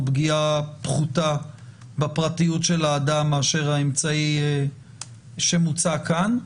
פגיעה פחותה בפרטיות של האדם מאשר האמצעי שמוצע כאן.